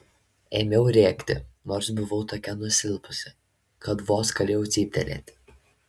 ėmiau rėkti nors buvau tokia nusilpusi kad vos galėjau cyptelėti